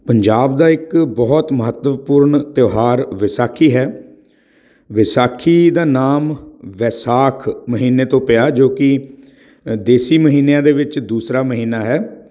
ਪੰਜਾਬ ਦਾ ਇੱਕ ਬਹੁਤ ਮਹੱਤਵਪੂਰਨ ਤਿਉਹਾਰ ਵਿਸਾਖੀ ਹੈ ਵਿਸਾਖੀ ਦਾ ਨਾਮ ਵੈਸਾਖ ਮਹੀਨੇ ਤੋਂ ਪਿਆ ਜੋ ਕਿ ਦੇਸੀ ਮਹੀਨਿਆਂ ਦੇ ਵਿੱਚ ਦੂਸਰਾ ਮਹੀਨਾ ਹੈ